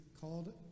called